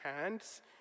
hands